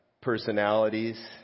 personalities